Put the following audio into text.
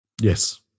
Yes